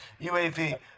UAV